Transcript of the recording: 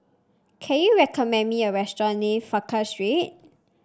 can you recommend me a restaurant near Frankel Street